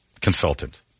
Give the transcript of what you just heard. consultant